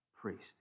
priest